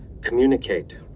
communicate